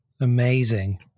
Amazing